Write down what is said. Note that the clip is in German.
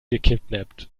gekidnappt